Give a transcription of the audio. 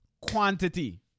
quantity